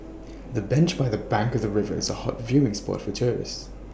the bench by the bank of the river is A hot viewing spot for tourists